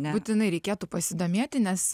būtinai reikėtų pasidomėti nes